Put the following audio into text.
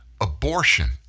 abortion